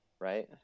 Right